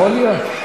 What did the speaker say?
יכול להיות?